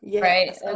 right